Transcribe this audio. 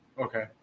Okay